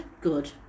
good